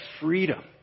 freedom